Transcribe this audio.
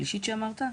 השלישית שאמרת,